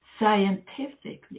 Scientifically